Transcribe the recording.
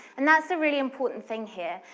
and that's the really important thing here,